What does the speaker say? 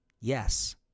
Yes